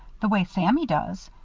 the way sammy does.